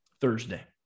Thursday